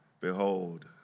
Behold